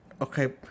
Okay